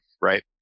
right